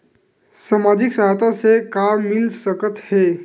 सामाजिक सहायता से का मिल सकत हे?